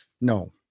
No